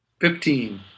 Fifteen